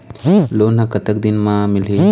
Loan ह कतक दिन मा मिलही?